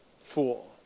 fool